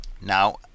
Now